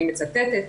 אני מצטטת,